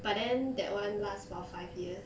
but then that [one] last for five years